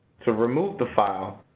to remove the file,